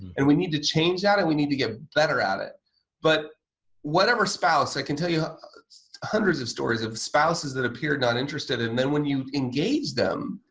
and we need to change that and we need to get better at it but whatever spouse i can tell you hundreds of stories of spouses that appeared not interested and then when you engage them,